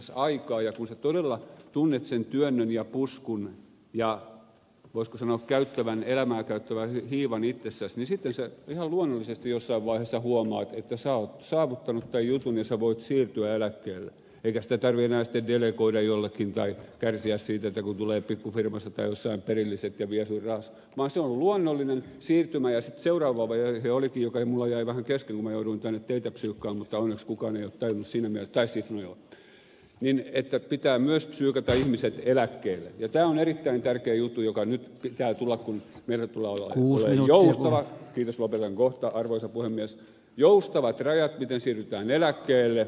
ja kun sinä todella tunnet sen työnnön ja puskun ja voisiko sanoa elämää käyttävän hiivan itsessäsi niin sitten sinä ihan luonnollisesti jossain vaiheessa huomaat että sinä oot saavuttanut tämän jutun ja sinä voit siirtyä eläkkeelle eikä sitä tarvitse enää sitten delegoida jollekin tai kärsiä siitä että kun tulee pikkufirmasta tai jossain perilliset ja vie sinun rahasi vaan se on luonnollinen siirtymä ja sitten seuraava vaihe olikin joka minulla jäi vähän kesken kun minä jouduin tänne teitä psyykkaamaan mutta onneksi kukaan ei ole tajunnut siinä mielessä tai siis joo niin että pitää myös psyykata ihmiset eläkkeelle ja tämä on erittäin tärkeä juttu joka nyt pitää tulla kun meillä tulee olla joustavat kiitos lopetan kohta arvoisa puhemies rajat miten siirrytään eläkkeelle